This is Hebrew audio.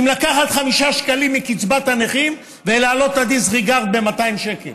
אם לקחת 5 שקלים מקצבת הנכים ולהעלות את ה-disregard ב-200 שקל,